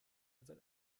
seit